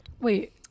Wait